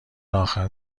آخر